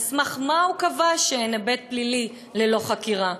על סמך מה הוא קבע שאין היבט פלילי ללא חקירה?